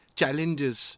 challenges